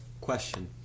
question